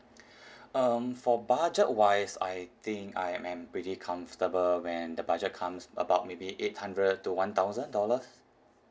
um for budget wise I think I am am pretty comfortable when the budget comes about maybe eight hundred to one thousand dollars